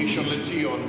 ראשון-לציון,